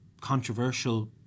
Controversial